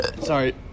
Sorry